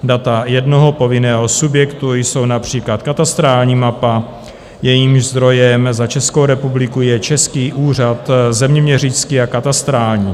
Data jednoho povinného subjektu jsou například katastrální mapa, jejímž zdrojem za Českou republiku je Český úřad zeměměřický a katastrální.